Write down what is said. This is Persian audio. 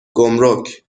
گمرک